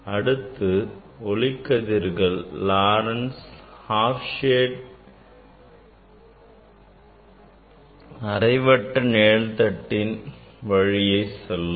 அடுத்து ஒளிக்கதிர்கள் Laurent's அரைவட்ட நிழல்தட்டின் வழியே செல்லும்